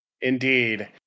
Indeed